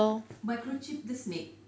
microchip the snake